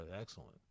Excellent